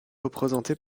représentée